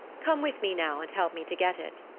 come with me now and help me to get it.